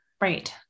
Right